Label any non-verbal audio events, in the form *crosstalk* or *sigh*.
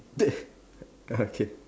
*noise* okay